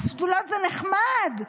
אז שדולות זה נחמד,